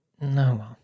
No